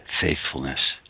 faithfulness